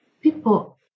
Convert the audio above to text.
people